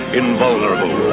invulnerable